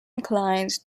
inclined